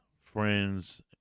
friends